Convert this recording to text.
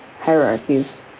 hierarchies